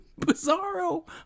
Bizarro